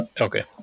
Okay